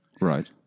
Right